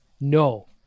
no